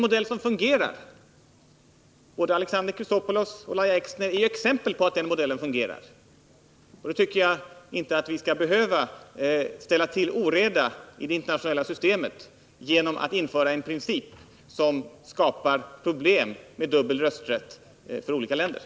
Både Alexander Chrisopoulos och Lahja Exner är exempel på att den modellen fungerar. Då tycker jag inte vi skall behöva ställa till oreda i det internationella systemet genom att införa en princip som skapar Nr 51